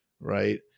right